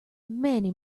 many